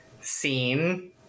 scene